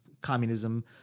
communism